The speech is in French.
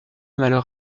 malheur